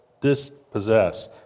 dispossess